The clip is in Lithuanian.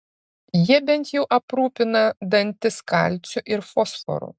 jie bent jau aprūpina dantis kalciu ir fosforu